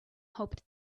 hoped